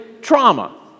trauma